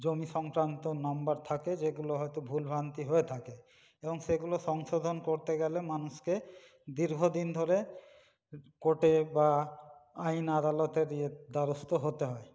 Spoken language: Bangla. জমি সংক্রান্ত নম্বর থাকে যেগুলো হয়তো ভুলভ্রান্তি হয়ে থাকে এবং সেগুলো সংশোধন করতে গেলে মানুষকে দীর্ঘদিন ধরে কোর্টে বা আইন আদালতের দ্বারস্থ হতে হয়